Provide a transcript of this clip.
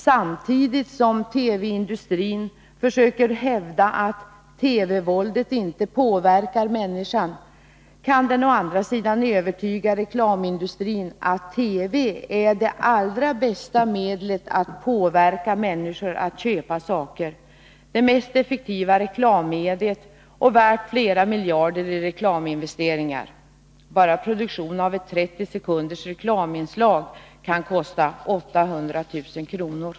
Samtidigt som TV-industrin försöker hävda att TV-våldet inte påverkar människan, kan den å andra sidan övertyga reklamindustrin om att TV är det allra bästa medlet för att påverka människor att köpa saker, det mest effektiva reklammediet och värt flera miljarder i reklaminvesteringar. Bara produktionen av ett 30 sekunders reklaminslag kan kosta 800 000 kr.